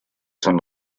son